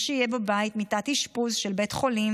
שיהיו בבית מיטת אשפוז של בית חולים,